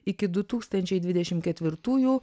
iki du tūkstančiai dvidešim ketvirtųjų